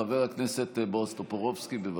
חבר הכנסת בועז טופורובסקי, בבקשה.